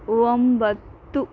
ಒಂಬತ್ತು